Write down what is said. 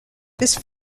this